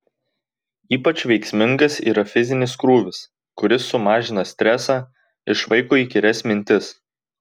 ypač veiksmingas yra fizinis krūvis kuris sumažina stresą išvaiko įkyrias mintis